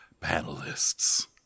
panelists